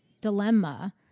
dilemma